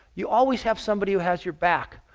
you always have somebody who has your back.